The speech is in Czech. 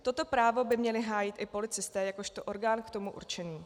Toto právo by měli hájit i policisté jakožto orgán k tomu určený.